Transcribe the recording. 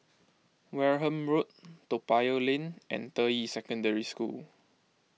Wareham Road Toa Payoh Lane and Deyi Secondary School